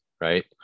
right